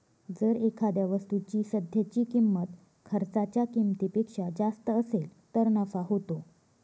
जर एखाद्या वस्तूची सध्याची किंमत खर्चाच्या किमतीपेक्षा जास्त असेल तर नफा होतो